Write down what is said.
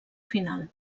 final